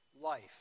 life